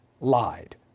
lied